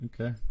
Okay